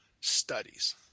studies